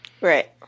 Right